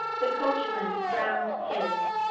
the coachman drowned his.